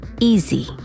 Easy